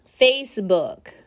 Facebook